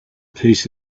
peace